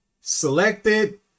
selected